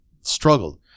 struggled